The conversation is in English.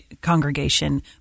congregation